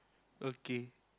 okay